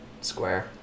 square